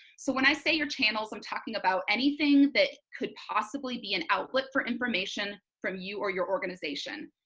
so when i say your channels i'm talking about anything that could possibly be an outlet for information from you or your organization.